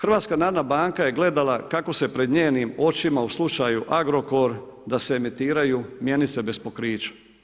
HNB je gledala kako se pred njenim očima u slučaju Agrokor da se emitiraju mjenice bez pokrića.